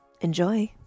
enjoy